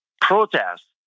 protests